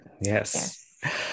yes